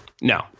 No